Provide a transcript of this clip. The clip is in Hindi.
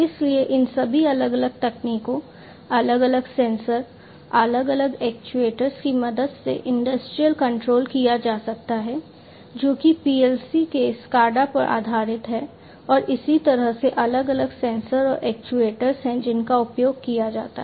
इसलिए इन सभी अलग अलग तकनीकों अलग अलग सेंसर अलग अलग एक्ट्यूएटर्स की मदद से इंडस्ट्रियल कंट्रोल किया जा सकता है जो कि PLC के स्काडा पर आधारित है और इसी तरह से अलग अलग सेंसर और ऐक्ट्यूएटर्स हैं जिनका उपयोग किया जाता है